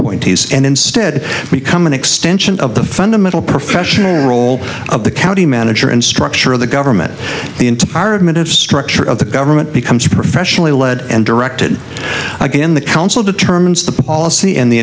appointees and instead become an extension of the fundamental professional role of the county manager and structure of the government the interim are admitted structure of the government becomes professionally led and directed again the council determines the policy and the